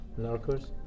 Narcos